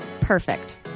Perfect